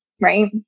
Right